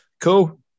Cool